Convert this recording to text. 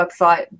website